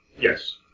Yes